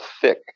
thick